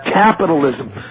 capitalism